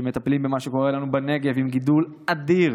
שמטפלים במה שקורה לנו בנגב, עם גידול אדיר,